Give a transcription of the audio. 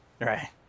Right